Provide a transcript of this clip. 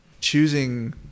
Choosing